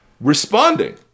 responding